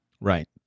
Right